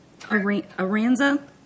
Aranza